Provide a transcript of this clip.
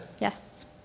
Yes